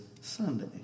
Sunday